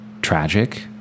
Tragic